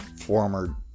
former